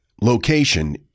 location